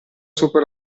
sopra